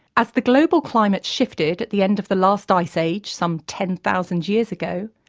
as the global climate shifted at the end of the last ice age, some ten thousand years ago,